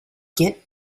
get